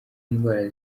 indwara